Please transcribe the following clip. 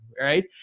right